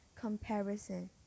comparison